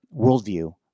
worldview